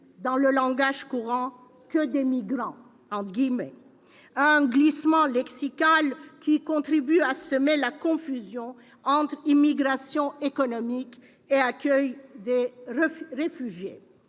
dans le langage courant, que des « migrants ». Ce glissement lexical contribue à semer la confusion entre immigration économique et accueil des réfugiés.